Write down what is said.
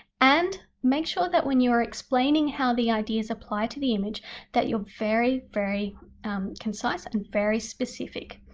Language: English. and make sure that when you're explaining how the ideas apply to the image that you're very very concise and very specific.